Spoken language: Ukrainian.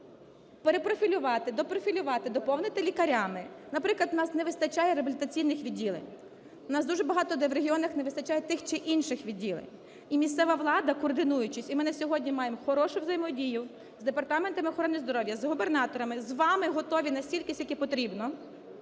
перепрофілювати, допрофілювати, доповнити лікарями. Наприклад, у нас не вистачає реабілітаційних відділень, у нас дуже багато де в регіонах не вистачає тих чи інших відділень. І місцева влада, координуючись, і ми на сьогодні маємо хорошу взаємодію з Департаментом охорони здоров'я, з губернаторами, з вами готові настільки, скільки потрібно